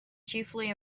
chiefly